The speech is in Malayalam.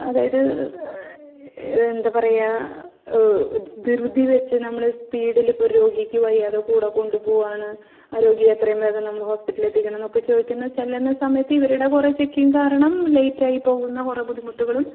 അതായത് എന്താപറയുക ധൃതി വെച്ച് നമ്മൾ സ്പീഡിൽ ഇപ്പോൾ രോഗിക്ക് വയ്യാതെ കൂടെ കൊണ്ടുപോകുകയാണ് ആ രോഗിയെ എത്രയും വേഗം നമ്മൾ ഹോസ്പിറ്റൽ എത്തിക്കണമെന്നൊക്കെ ചോദിക്കുന്ന ചെല്ലുന്ന സമയത്ത് ഇവരുടെ കുറേ ചെക്കിങ് കാരണം ലെയ്റ്റായി പോകുന്ന കുറേ ബുദ്ധിമുട്ടുകളും